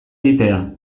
egitea